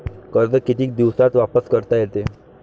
कर्ज कितीक दिवसात वापस करता येते?